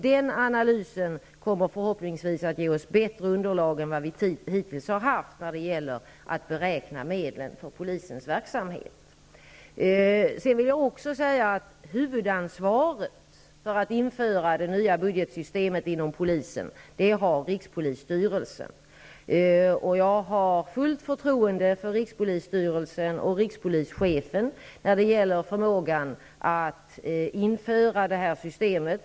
Den analysen kommer förhoppningsvis att ge oss bättre underlag än vad vi hittills har haft när det gäller att beräkna medlen för polisens verksamhet. Huvudansvaret för att införa det nya budgetsystemet inom polisen har rikspolisstyrelsen. Jag har fullt förtroende för rikspolisstyrelsen och rikspolischefen när det gäller förmågan att införa det här systemet.